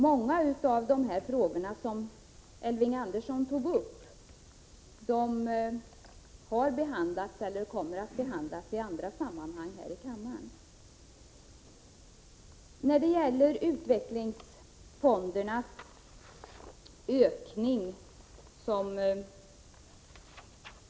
Många av Elving Anderssons frågor har behandlats eller kommer att behandlas i andra sammanhang i kammaren.